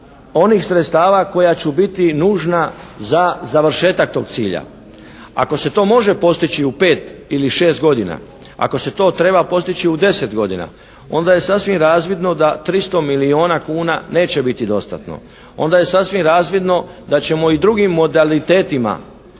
onih sredstava koja će biti nužna za završetak tog cilja. Ako se to može postići u pet ili šest godina, ako se to treba postići u deset godina, onda je sasvim razvidno da 300 milijuna kuna neće biti dostatno. Onda je sasvim razvidno da ćemo i drugim modalitetima